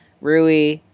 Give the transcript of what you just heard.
Rui